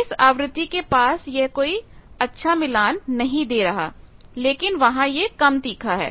इस आवृत्ति के पास यह कोई अच्छा मिलान नहीं दे रहा लेकिन वहां यह कम तीखा है